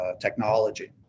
technology